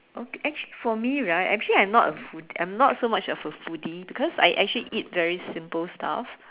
okay actually for me right actually I'm not a food I'm not so much of a foodie because I actually eat very simple stuff